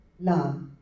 love